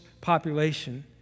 population